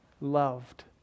loved